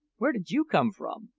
where did you come from?